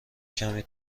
کمی